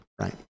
right